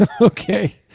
okay